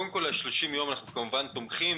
קודם כול, לגבי 30 ימים אנחנו כמובן תומכים.